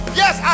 yes